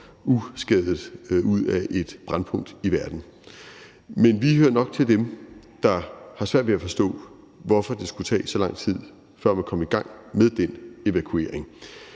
uskadte ud af et brændpunkt i verden. Men vi hører nok til dem, der har svært ved at forstå, hvorfor det skulle tage så lang tid, før man kom i gang med den evakuering.